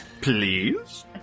Please